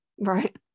right